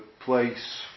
place